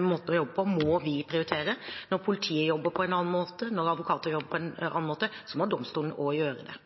måten å jobbe på, må vi prioritere – når politiet jobber på en annen måte, og når advokater jobber på en annen måte, må domstolene også gjøre det.